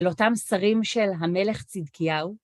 אל אותם שרים של המלך צדקיהו.